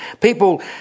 People